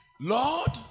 Lord